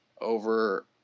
over